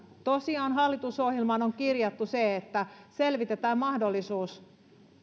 tosiaan hallitusohjelmaan on kirjattu se että selvitetään mahdollisuus